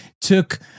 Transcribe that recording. took